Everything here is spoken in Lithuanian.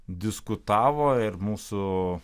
diskutavo ir mūsų